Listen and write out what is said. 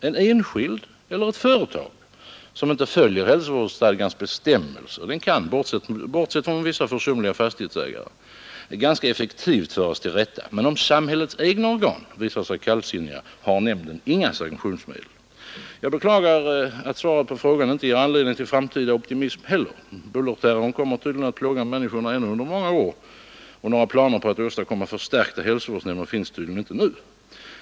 En enskild eller ett företag som inte följer hälsovårdsstadgans bestämmelser kan, bortsett från vissa försumliga fastighetsägare, ganska effektivt föras till rätta. Men om samhällets egna organ visar sig kallsinniga, har nämnden inga sanktionsmöjligheter. Jag beklagar att svaret på min fråga inte ger anledning till framtida optimism heller. Bullerterrorn kommer tydligen att plåga människorna ännu under många år. Några planer på att åstadkomma förstärkta hälsovårdsnämnder finns tydligen inte nu.